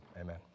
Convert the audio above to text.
amen